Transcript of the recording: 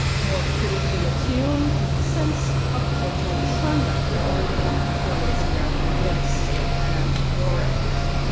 more critically attuned sense of cultural discernment regarding various american myths and mores.